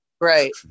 right